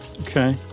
Okay